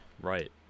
right